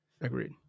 Agreed